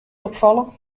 opvallen